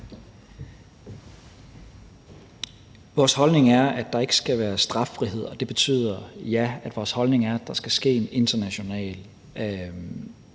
Vores holdning er, at der ikke skal være straffrihed, og det betyder, at ja, vores holdning er, at der skal ske en international